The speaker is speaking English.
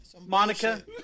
Monica